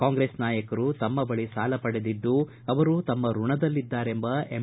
ಕಾಂಗ್ರೆಸ್ ನಾಯಕರು ತಮ್ಮ ಬಳಿ ಸಾಲ ಪಡೆದಿದ್ದು ಅವರು ತಮ್ಮ ಋಣದಲ್ಲಿದ್ದಾರೆಂಬ ಎಂ